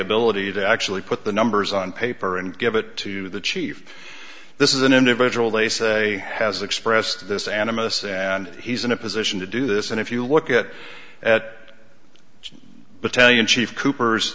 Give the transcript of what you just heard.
ability to actually put the numbers on paper and give it to the chief this is an individual they say has expressed this animists and he's in a position to do this and if you look at at but tell you in chief cooper